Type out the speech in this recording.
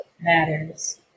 matters